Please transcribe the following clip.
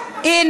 אפשר לחיות.